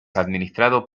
administrado